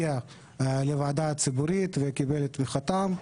שהגיע לוועדה הציבורית וקיבל את תמיכתה.